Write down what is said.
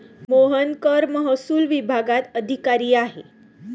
मोहन कर महसूल विभागात अधिकारी आहे